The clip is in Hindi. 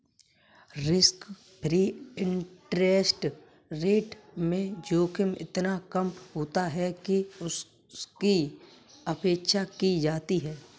रिस्क फ्री इंटरेस्ट रेट में जोखिम इतना कम होता है कि उसकी उपेक्षा की जाती है